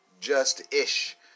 just-ish